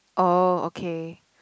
oh okay